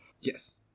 Yes